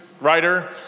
writer